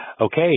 Okay